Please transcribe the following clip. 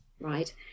right